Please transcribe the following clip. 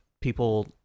people